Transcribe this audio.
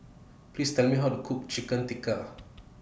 Please Tell Me How to Cook Chicken Tikka